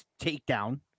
takedown